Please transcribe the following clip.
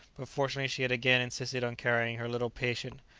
but fortunately she had again insisted on carrying her little patient,